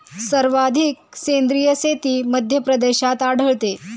सर्वाधिक सेंद्रिय शेती मध्यप्रदेशात आढळते